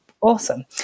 Awesome